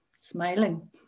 Smiling